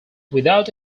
without